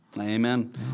Amen